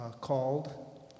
called